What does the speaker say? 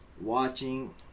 watching